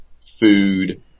food